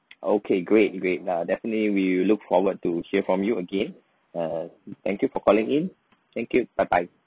okay great great ah definitely we look forward to hear from you again uh thank you for calling in thank you bye bye